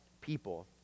people